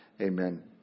Amen